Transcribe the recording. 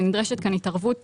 ונדרשת כאן התערבות